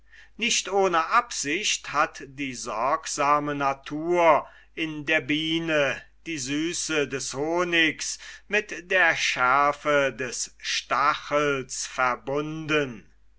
nicht ohne absicht hat die sorgsame natur in der biene die süße des honigs mit der schärfe des stachels verbunden